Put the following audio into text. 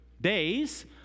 days